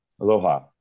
Aloha